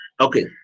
Okay